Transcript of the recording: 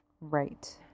right